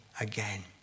again